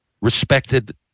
respected